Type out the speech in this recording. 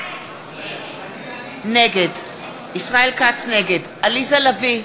נגד עליזה לביא,